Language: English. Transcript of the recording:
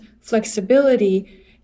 flexibility